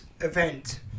event